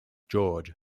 george